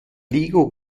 lego